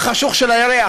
החשוך של הירח,